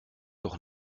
doch